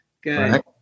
Good